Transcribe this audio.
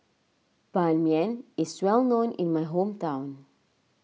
Ban Mian is well known in my hometown